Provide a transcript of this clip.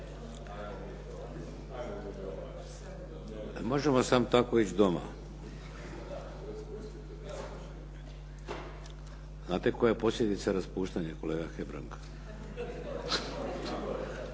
možemo samo tako ići doma. Znate koja je posljedica raspuštanja kolega Hebrang?